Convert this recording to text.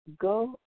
go